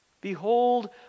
Behold